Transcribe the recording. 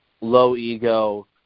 low-ego